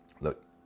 Look